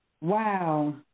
Wow